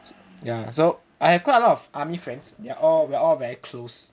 ya so I have quite a lot of army friends they're all we're all very close